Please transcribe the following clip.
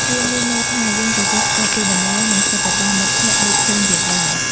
វាមានន័យថា យើងទទួលស្គាល់ពីតម្លៃ និងសិទ្ធិរបស់មិត្តភក្តិដូចខ្លួនយើងដែរ។